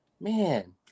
Man